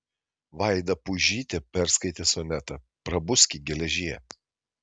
vaida puižytė perskaitė sonetą prabuski geležie